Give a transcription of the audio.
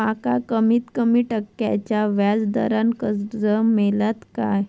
माका कमीत कमी टक्क्याच्या व्याज दरान कर्ज मेलात काय?